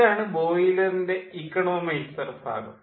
ഇതാണ് ബോയിലറിൻ്റെ ഇക്കോണമൈസർ ഭാഗം